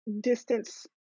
distance